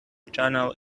channel